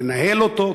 לנהל אותו.